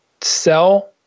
sell